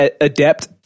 adept